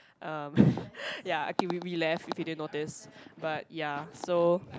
um ya okay we we left if you didn't notice but ya so